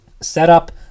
setup